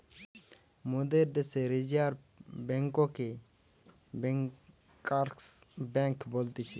মোদের দ্যাশে রিজার্ভ বেঙ্ককে ব্যাঙ্কার্স বেঙ্ক বলতিছে